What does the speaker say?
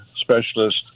specialist